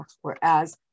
Whereas